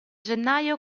gennaio